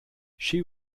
she